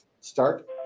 start